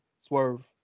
Swerve